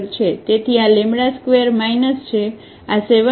તેથી આ λ ² છે આ 7 λ